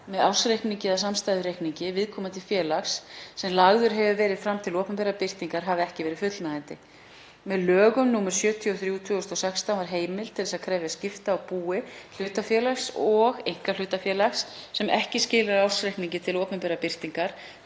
með ársreikningi eða samstæðureikningi viðkomandi félags, sem lagður hefur verið fram til opinberrar birtingar, hafi ekki verið fullnægjandi. Með lögum nr. 73/2016 var heimild til að krefjast skipta á búi hlutafélags og einkahlutafélags sem ekki skilaði ársreikningi til opinberrar birtingar